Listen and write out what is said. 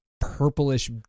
purplish